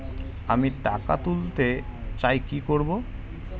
আমি টাকা তুলতে চাই কি করব?